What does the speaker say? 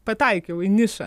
pataikiau į nišą